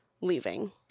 leaving